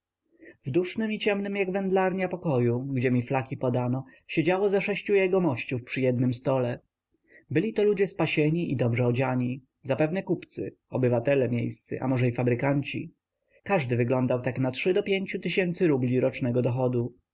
w dusznym i ciemnym jak wędlarnia pokoju gdzie mi flaki podano siedziało ze sześciu jegomościów przy jednym stole byli-to ludzie spasieni i dobrze odziani zapewne kupcy obywatele miejscy a może i fabrykanci każdy wyglądał tak na trzy do pięciu tysięcy rubli rocznego dochodu